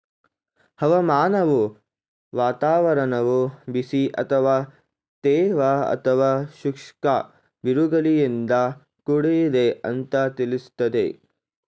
ಹವಾಮಾನವು ವಾತಾವರಣವು ಬಿಸಿ ಅಥವಾ ತೇವ ಅಥವಾ ಶುಷ್ಕ ಬಿರುಗಾಳಿಯಿಂದ ಕೂಡಿದೆ ಅಂತ ತಿಳಿಸ್ತದೆ